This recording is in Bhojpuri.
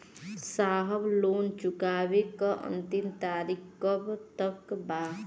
साहब लोन चुकावे क अंतिम तारीख कब तक बा?